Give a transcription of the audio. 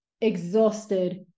exhausted